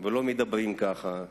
ולא מדברים ככה,